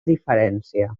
diferència